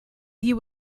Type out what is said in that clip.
you